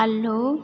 अल्लू